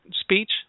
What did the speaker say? speech